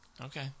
Okay